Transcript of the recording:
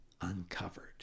Uncovered